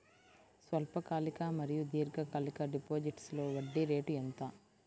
స్వల్పకాలిక మరియు దీర్ఘకాలిక డిపోజిట్స్లో వడ్డీ రేటు ఎంత?